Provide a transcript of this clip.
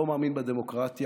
לא מאמין בדמוקרטיה,